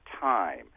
time